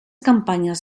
campañas